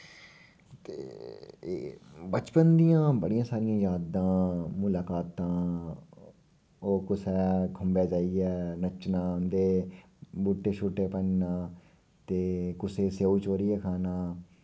ते बचपन दियां बड़ियां सरियां यादां मुलाकातां ओह् कुसै खुम्बै जाइयै नच्चना उं'दे बूह्टे शूह्टे भन्नना ते कुसै दे स्येऊ चोरियै खाना